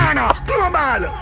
global